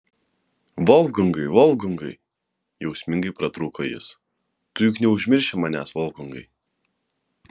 volfgangai volfgangai jausmingai pratrūko jis tu juk neužmirši manęs volfgangai